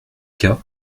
cas